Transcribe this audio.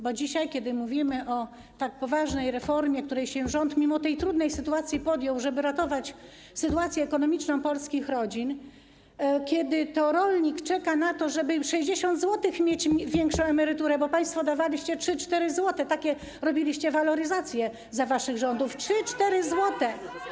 Bo dzisiaj, kiedy mówimy o tak poważnej reformie, której rząd mimo tej trudnej sytuacji się podjął, żeby ratować sytuację ekonomiczną polskich rodzin, kiedy rolnik czeka na to, żeby mieć o 60 zł większą emeryturę - bo państwo dawaliście 3-4 zł, takie robiliście waloryzacje za waszych rządów, 3-4 zł.